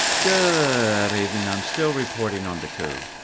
good evening, i'm still reporting on the coup.